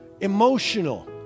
emotional